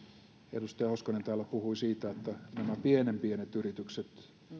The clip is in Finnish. edustaja hoskonen täällä puhui siitä että nämä pienen pienet yritykset